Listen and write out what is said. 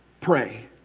pray